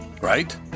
Right